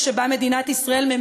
חוק הגזל, חוק הגזל.